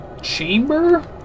chamber